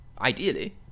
ideally